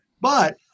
but-